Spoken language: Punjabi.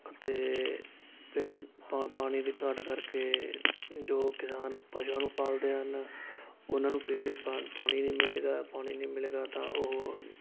ਅਤੇ ਪਿੰਡ ਪਾ ਪਾਣੀ ਦੀ ਘਾਟ ਕਰਕੇ ਜੋ ਕਿਸਾਨ ਪਸ਼ੂਆਂ ਨੂੰ ਪਾਲਦੇ ਹਨ ਉਹਨਾਂ ਨੂੰ ਪੀਣ ਲਈ ਪਾ ਪਾਣੀ ਨਹੀਂ ਮਿਲੇਗਾ ਪਾਣੀ ਨਹੀਂ ਮਿਲੇਗਾ ਤਾਂ ਉਹ